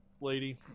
lady